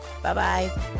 Bye-bye